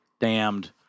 damned